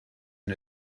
and